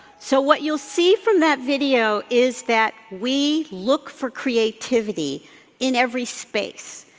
so, what you'll see from that video is that we look for creativity in every space.